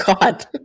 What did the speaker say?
god